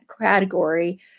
category